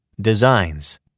Designs